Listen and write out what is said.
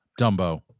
Dumbo